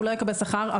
הוא לא יקבל שכר,